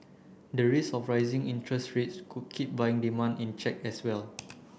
the risk of rising interest rates could keep buying demand in check as well